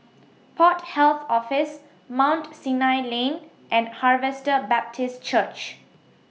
Port Health Office Mount Sinai Lane and Harvester Baptist Church